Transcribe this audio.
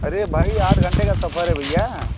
और भी आठ घंटे का सफ़र है भैया